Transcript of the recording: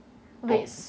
wait